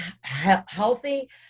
healthy